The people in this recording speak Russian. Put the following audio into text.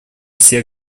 все